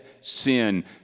sin